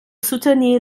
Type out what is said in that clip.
soutenir